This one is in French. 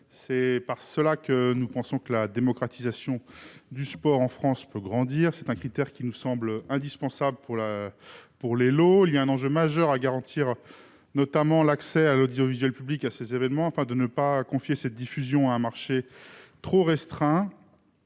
c'est ainsi que la démocratisation du sport en France pourra grandir. C'est un critère qui nous semble indispensable pour le classement Elo. Il y a un enjeu majeur à garantir, notamment, l'accès de l'audiovisuel public à ces événements, afin de ne pas confier cette diffusion à un marché trop restreint,